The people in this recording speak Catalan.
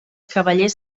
cavallers